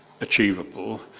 achievable